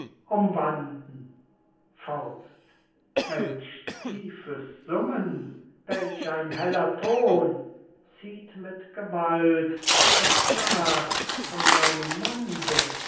umwanden welch tiefes summen welch ein heller ton zieht mit gewalt das glas von meinem munde